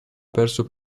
perso